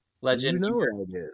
legend